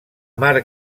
mar